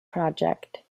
project